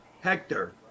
Hector